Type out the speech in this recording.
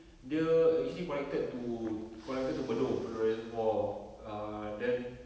dia actually connected to connected to bedok bedok reservoir err then